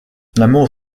l’amour